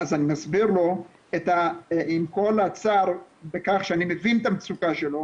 אז אני מסביר לו שעם כל הצער בכך שאני מבין את המצוקה שלו,